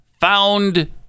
found